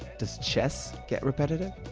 does chess get repetitive?